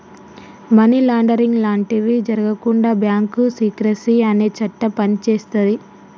money laundering లాంటివి జరగకుండా bank secrecy అనే చట్టం పనిచేస్తది